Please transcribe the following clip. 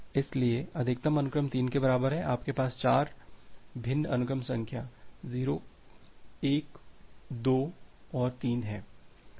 इसलिए अधिकतम अनुक्रम 3 के बराबर है आपके पास 4 भिन्न अनुक्रम संख्या 0 1 2 और 3 हैं